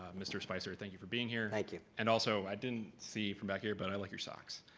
mr. spicer, thank you for being here. thank you. and also, i didn't see from back here, but i like your socks.